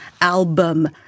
album